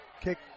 Kick